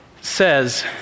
says